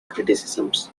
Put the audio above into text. criticisms